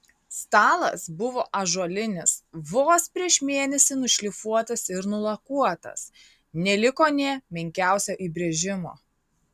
stalas buvo ąžuolinis vos prieš mėnesį nušlifuotas ir nulakuotas neliko nė menkiausio įbrėžimo